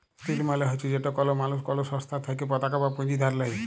ঋল মালে হছে যেট কল মালুস কল সংস্থার থ্যাইকে পতাকা বা পুঁজি ধার লেই